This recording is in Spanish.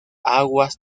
aguas